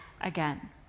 again